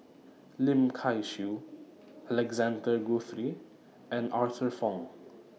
Lim Kay Siu Alexander Guthrie and Arthur Fong